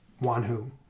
Wanhu